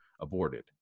aborted